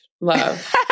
Love